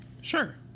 Sure